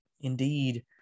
Indeed